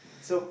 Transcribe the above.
so